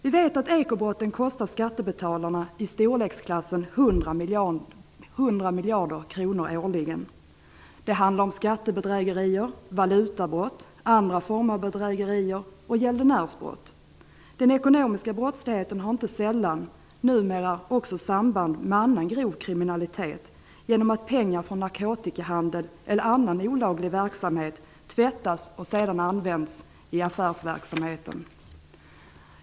Vi vet att ekobrotten kostar skattebetalarna i storleksklassen 100 miljarder kronor årligen. Det handlar om skattebedrägerier, valutabrott, andra former av bedrägerier och gäldenärsbrott. Den ekonomiska brottsligheten har numera inte sällan också samband med annan grov kriminalitet, genom att pengar från narkotikahandel eller annan olaglig verksamhet tvättas och sedan används i affärsverksamheten.